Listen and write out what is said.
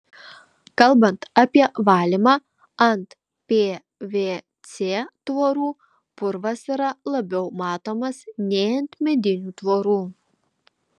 kalbant apie valymą ant pvc tvorų purvas yra labiau matomas nei ant medinių tvorų